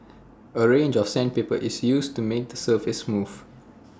A range of sandpaper is used to make the surface smooth